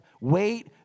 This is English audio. wait